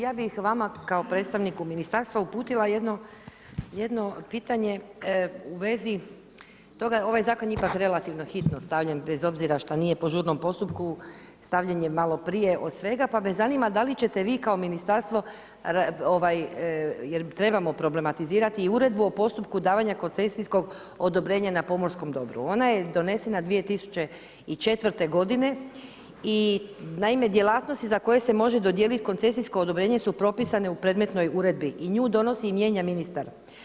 Ja bih vama kao predstavniku ministarstva uputila jedno pitanje u vezi toga, ovaj zakon je ipak relativno hitno stavljen, bez obzira što nije po žurnom postupku, stavljen je malo prije od svega, pa me zanima da li ćete vi kao ministarstvo, jer trebamo problematizirati i uredbu o postupku davanja koncesijskom odobrenja na pomorskom dobru, ona je donesena 2004. godine i naime, djelatnosti za koje se može dodijeliti koncesijsko odobrenje su propisane u predmetnoj uredbi i nju donosi i mijenja ministar.